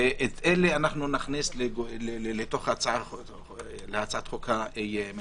ואת אלה נכניס להצעת החוק הממשלתית.